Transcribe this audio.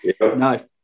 no